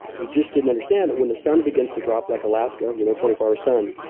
you just didn't understand that when the sun begins to drop like alaska, you know twenty four hour sun,